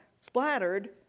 splattered